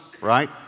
right